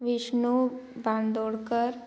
Vishnu Bandodkar